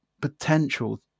potential